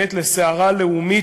לסערה לאומית.